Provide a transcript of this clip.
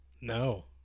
No